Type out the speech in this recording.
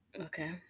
Okay